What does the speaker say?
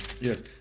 yes